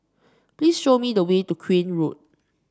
please show me the way to Crane Road